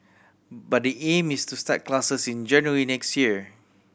but the aim is to start classes in January next year